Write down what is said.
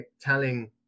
telling